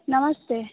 नमस्ते